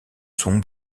sont